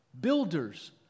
builders